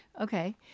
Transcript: Okay